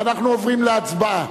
ואנחנו עוברים להצבעה,